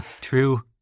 true